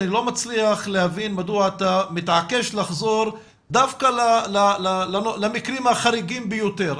מצליח להבין מדוע אתה מתעקש לחזור דווקא למקרים החריגים ביותר.